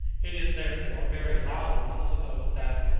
it is therefore very allowable to suppose that,